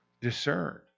discerned